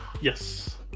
Yes